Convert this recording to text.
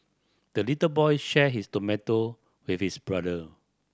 the little boy shared his tomato with his brother